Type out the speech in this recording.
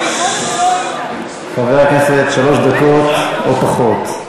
חבר הכנסת, שלוש דקות, או פחות,